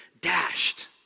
dashed